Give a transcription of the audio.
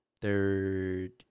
third